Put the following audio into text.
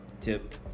tip